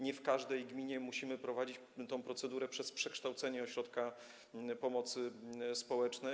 Nie w każdej gminie musimy prowadzić tę procedurę przez przekształcenie ośrodka pomocy społecznej.